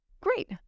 Great